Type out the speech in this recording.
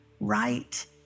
right